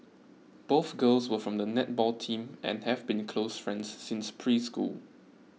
both girls were from the netball team and have been close friends since preschool